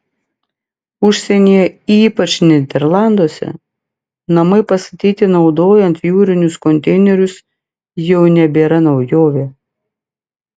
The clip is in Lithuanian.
užsienyje ypač nyderlanduose namai pastatyti naudojant jūrinius konteinerius jau nebėra naujovė